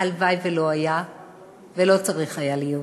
הלוואי שלא היה ולא צריך היה להיות.